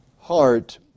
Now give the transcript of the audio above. heart